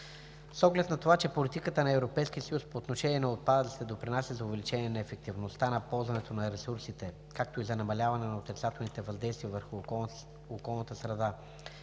С оглед на това, че политиката на Европейския съюз по отношение на отпадъците допринася за увеличение на ефективността на ползването на ресурсите, както и за намаляване на отрицателните въздействия върху околната среда